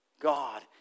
God